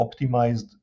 optimized